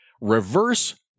reverse